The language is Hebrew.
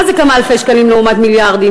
מה זה כמה אלפי שקלים לעומת מיליארדים?